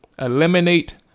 Eliminate